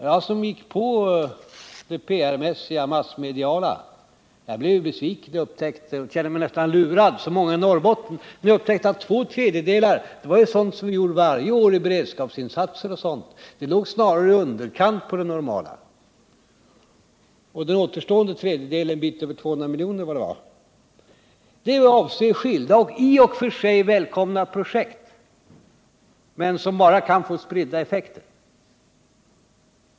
Jag, som gick på det PR-mässiga, det massmediala, blev besviken och kände mig nästan lurad som många i Norrbotten, när jag upptäckte att två tredjedelar var sådant som vi gjorde varje år — beredskapsinsatser och liknande. Det låg snarare i underkant av det normala. Och den återstående tredjedelen, litet över 200 miljoner eller vad det är, avser skilda och i och för sig välkomna projekt som bara kan få spridda effekter.